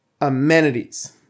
amenities